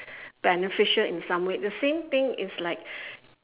beneficial in some way the same thing is like